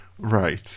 Right